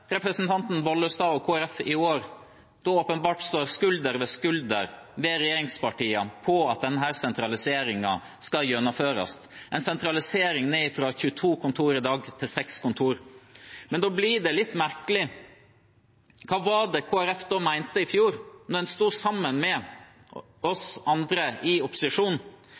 representanten Bollestad og Kristelig Folkeparti i år åpenbart står skulder ved skulder med regjeringspartiene på at denne sentraliseringen skal gjennomføres – en sentralisering ned fra 22 kontor i dag til 6 kontor. Men det er litt merkelig. Hva mente Kristelig Folkeparti i fjor da de sto sammen med oss andre i opposisjon